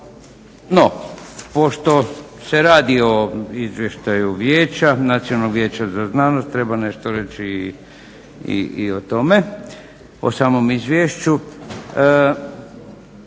No, pošto se radi o Izvještaju Nacionalnog vijeća za znanost treba nešto reći i o tome, o samom izvješću.